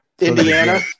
Indiana